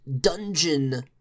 dungeon